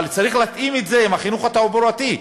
אבל צריך להתאים את זה לחינוך התעבורתי,